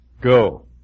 go